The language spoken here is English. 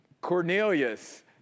Cornelius